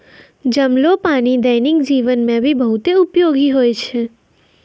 जमलो पानी दैनिक जीवन मे भी बहुत उपयोगि होय छै